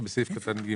שבסעיף קטן (ג).